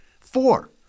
four